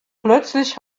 plötzlich